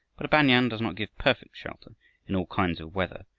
but a banyan does not give perfect shelter in all kinds of weather,